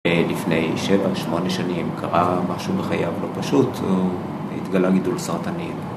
לפני 7-8 שנים קרה משהו בחייו לא פשוט, התגלה גידול סרטני